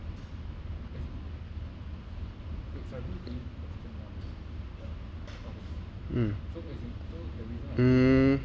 mm hmm